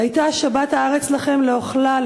'והיתה שבת הארץ לכם לאכלה,